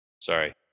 Sorry